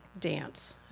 dance